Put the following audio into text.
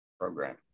program